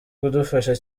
kudufasha